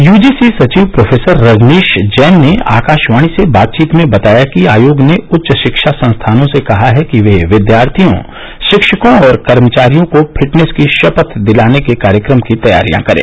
UGC सचिव professor Rajnish Jain ने आकाशवाणी से बातचीत में बताया कि आयोग ने उच्च शिक्षा संस्थानों से कहा है कि वे विद्यार्थियों शिक्षकों और कर्मचारियों को फिटनेस की शपथ दिलाने के कार्यक्रम की तैयारियां करें